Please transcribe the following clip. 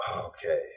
Okay